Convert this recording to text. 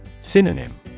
Synonym